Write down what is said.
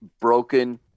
broken